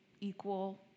equal